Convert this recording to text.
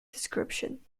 description